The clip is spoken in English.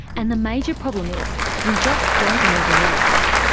and the major problem is we just don't know the risks.